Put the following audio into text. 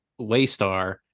Waystar